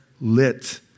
lit